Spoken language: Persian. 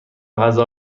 غذا